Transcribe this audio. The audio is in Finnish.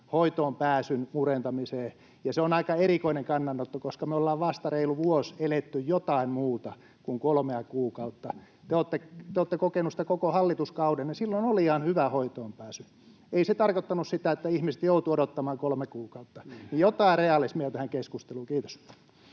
hoitoonpääsyn murentamiseen, ja se on aika erikoinen kannanotto, koska me ollaan vasta reilu vuosi eletty jotain muuta kuin kolmea kuukautta. Te olette kokeneet sitä koko hallituskauden, ja silloin oli ihan hyvä hoitoonpääsy. Ei se tarkoittanut sitä, että ihmiset joutuivat odottamaan kolme kuukautta. Niin että jotain realismia tähän keskusteluun. — Kiitos.